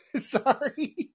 Sorry